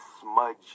smudge